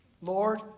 Lord